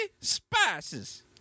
spices